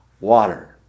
Water